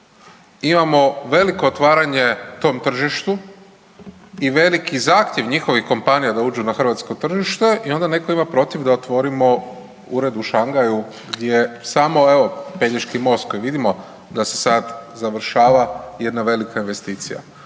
imamo veliko otvaranje tom tržištu i veliki zahtjev njihovih kompanija da uđu na hrvatsko tržište i onda netko ima protiv da otvorimo ured u Shangaju gdje samo evo Pelješki most koji vidimo da se sad završava je jedna velika investicija.